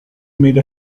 made